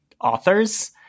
authors